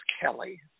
Kelly